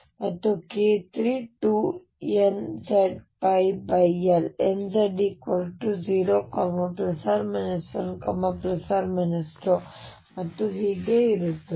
ಮತ್ತು k3 2nzL nz 0 ± 1 ± 2 ಮತ್ತು ಹೀಗೆ ಇರುತ್ತದೆ